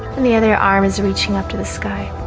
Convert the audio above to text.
and the other arm is reaching up to the sky